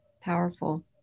Powerful